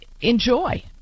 enjoy